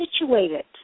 situated